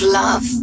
love